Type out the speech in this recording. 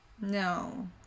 No